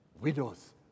widows